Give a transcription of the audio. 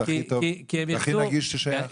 זה הכי נגיש ששייך.